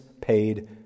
paid